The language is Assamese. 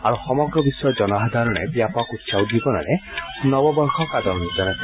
আৰু সমগ্ৰ বিশ্বৰ জনসাধাৰণে ব্যাপক উৎসাহ উদ্দীপনাৰে নৱবৰ্যক আদৰণি জনাইছে